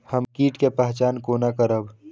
हम कीट के पहचान कोना करब?